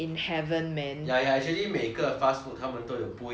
ya ya actually 每个 fast food 他们都有不一样的 fries 的